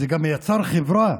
זה גם יצר חברה,